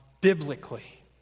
biblically